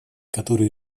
который